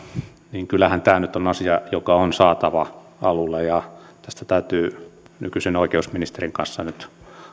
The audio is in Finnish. joten kyllähän tämä nyt on asia joka on saatava alulle ja tästä täytyy nykyisen oikeusministerin kanssa nyt